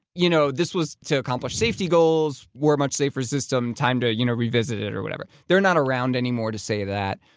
you know, this was to accomplish safety goals. we're a much safer system, time to you know revisit it, or whatever. they're not around anymore to say that,